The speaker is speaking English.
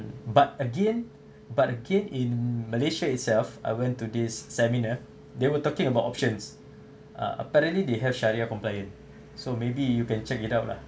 but again but again in malaysia itself I went to this seminar they were talking about options ah apparently they have shariah compliant so maybe you can check it out lah